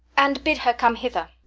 and bid her come hither.